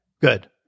good